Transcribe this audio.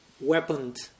weaponed